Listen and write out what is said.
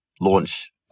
launch